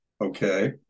Okay